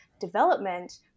development